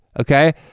Okay